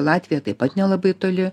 latviją taip pat nelabai toli